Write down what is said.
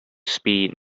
speed